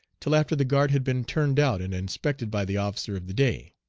till after the guard had been turned out and inspected by the officer of the day.